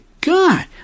God